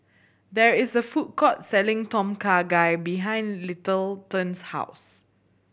there is a food court selling Tom Kha Gai behind Littleton's house